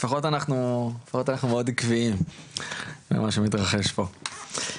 לפחות אנחנו מאוד עקביים במה שמתרחש פה.